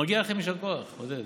מגיע לכם יישר כוח, עודד,